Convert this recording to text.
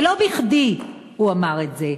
ולא בכדי הוא אמר את זה.